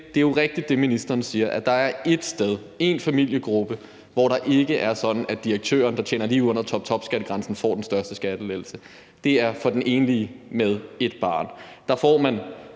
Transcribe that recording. er jo rigtigt, altså at der er ét sted, én familiegruppe, hvor det ikke er sådan, at direktøren, der tjener lige under topskattegrænsen, får den største skattelettelse, og det er for den enlige med ét barn. Der får man